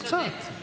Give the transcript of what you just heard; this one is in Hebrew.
קצת.